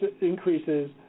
increases